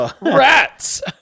rats